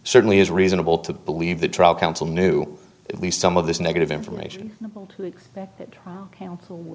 certainly is reasonable to believe the trial counsel knew at least some of this negative information